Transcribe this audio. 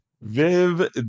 Viv